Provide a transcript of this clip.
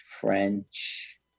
French